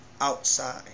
outside